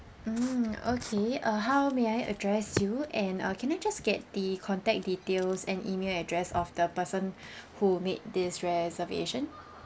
mm okay uh how may I address you and uh can I just get the contact details and email address of the person who made this reservation